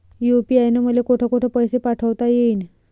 UPI न मले कोठ कोठ पैसे पाठवता येईन?